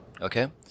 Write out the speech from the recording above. Okay